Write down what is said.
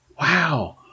Wow